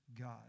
God